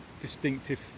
distinctive